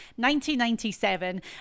1997